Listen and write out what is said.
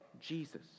Jesus